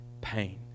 pain